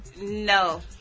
no